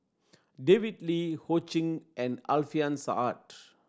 David Lee Ho Ching and Alfian Sa'at